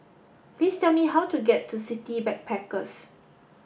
please tell me how to get to City Backpackers